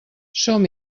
som